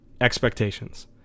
expectations